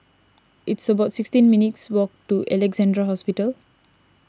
it's about sixteen minutes' walk to Alexandra Hospital